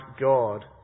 God